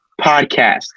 Podcast